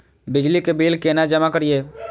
बिजली के बिल केना जमा करिए?